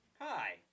Hi